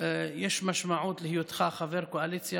יש משמעות להיותך חבר קואליציה,